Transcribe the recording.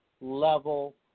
level